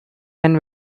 and